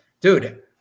dude